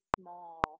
small